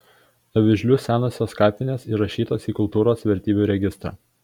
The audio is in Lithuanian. avižlių senosios kapinės įrašytos į kultūros vertybių registrą